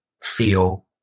feel